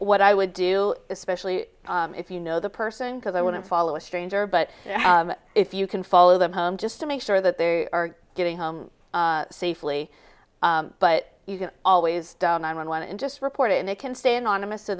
what i would do especially if you know the person because i wouldn't follow a stranger but if you can follow them home just to make sure that they are getting home safely but you can always down on one and just report it and they can stay anonymous so